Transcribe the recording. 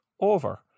Over